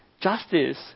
justice